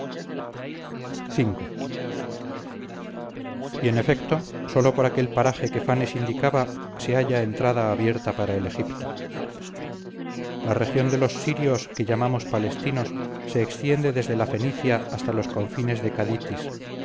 v y en efecto sólo por aquel paraje que fanes indicaba se halla entrada abierta para el egipto la región de los sirios que llamamos palestinos se extiende desde la fenicia hasta los confines de caditis